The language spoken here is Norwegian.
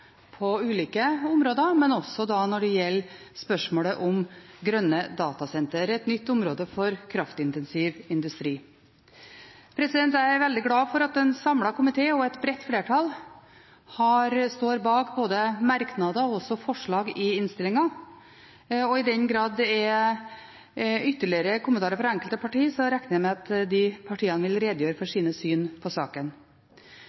på ulike områder – også når det gjelder spørsmålet om grønne datasentre, et nytt område for kraftintensiv industri. Jeg er veldig glad for at en samlet komité og et bredt flertall står bak både merknader og forslag i innstillingen, og i den grad det er ytterligere kommentarer fra enkelte parti, regner jeg med at de vil redegjøre for